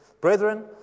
brethren